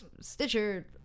stitcher